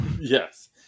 Yes